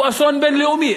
הוא אסון בין-לאומי.